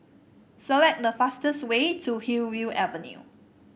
select the fastest way to Hillview Avenue